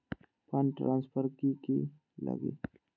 Fund transfer कि की लगी?